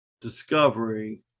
Discovery